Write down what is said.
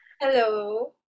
Hello